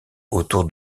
autour